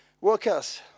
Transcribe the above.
workers